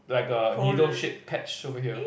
like a needle shaped patch over here